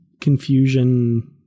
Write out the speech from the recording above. confusion